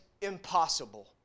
impossible